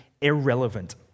irrelevant